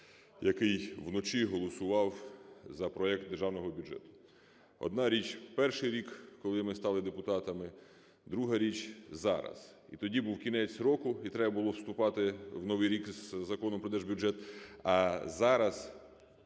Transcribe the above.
який вночі голосував за проект Державного бюджету. Одна річ – перший рік, коли ми стали депутатами, друга річ – зараз. Тоді був кінець року і треба було вступати в новий рік з Законом про Держбюджет, а зараз